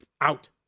out